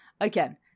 again